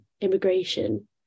immigration